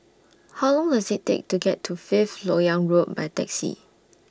How Long Does IT Take to get to Fifth Lok Yang Road By Taxi